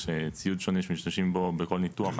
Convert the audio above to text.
יש ציוד שונה שמשתמשים בו בכל ניתוח.